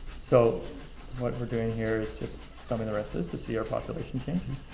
so what we're doing here is just something the rest is to see our population changing.